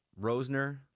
Rosner